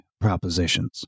propositions